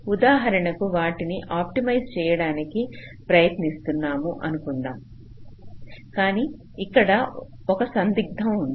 ఉదాహరణకు వాటిని ఆప్టిమైజ్ చేయడానికి ప్రయత్నిస్తున్నాము అనుకుందాం కానీ ఇక్కడ ఒక సందిగ్ధత ఉంది